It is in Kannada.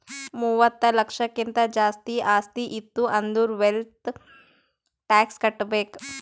ಮೂವತ್ತ ಲಕ್ಷಕ್ಕಿಂತ್ ಜಾಸ್ತಿ ಆಸ್ತಿ ಇತ್ತು ಅಂದುರ್ ವೆಲ್ತ್ ಟ್ಯಾಕ್ಸ್ ಕಟ್ಬೇಕ್